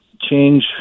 change